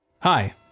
Hi